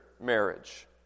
marriage